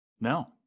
No